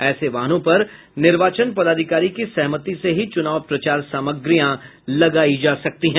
ऐसे वाहनों पर निर्वाचन पदाधिकारी की सहमति से ही चुनाव प्रचार सामग्रियां लगायी जा सकती है